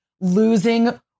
losing